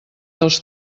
dels